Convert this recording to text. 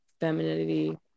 femininity